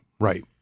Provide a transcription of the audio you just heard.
Right